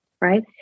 right